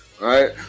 right